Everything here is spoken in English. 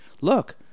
look